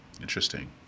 Interesting